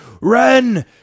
Run